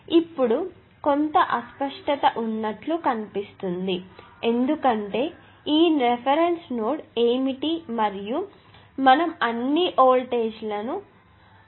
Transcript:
ఇప్పుడు కొంత అస్పష్టత ఉన్నట్లు కనిపిస్తుంది ఎందుకంటే ఈ రిఫరెన్స్ నోడ్ ఏమిటి మరియు మనం అన్ని వోల్టేజ్లను దీని సంబంధించి కొలుస్తాము